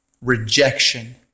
rejection